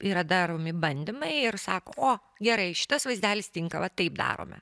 yra daromi bandymai ir sako o gerai šitas vaizdelis tinka va taip darome